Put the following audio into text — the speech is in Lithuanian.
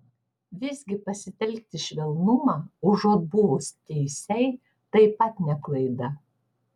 visgi pasitelkti švelnumą užuot buvus teisiai taip pat ne klaida